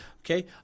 Okay